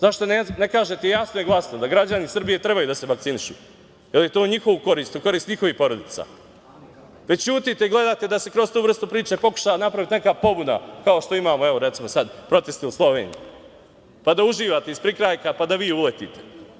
Zašto ne kažete jasno i glasno da građani Srbije treba da se vakcinišu, jer je to u njihovu korist, u korist njihovih porodica, već ćutite i gledate da se kroz tu vrstu priče pokuša napraviti neka pobuna, kao što imamo proteste u Sloveniji, pa da uživate iz prikrajka pa da vi uletite.